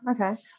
okay